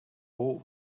all